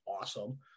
awesome